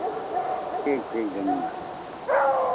ठीक ठीक धन्यवाद